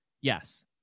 Yes